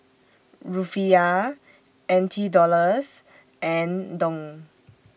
Rufiyaa N T Dollars and Dong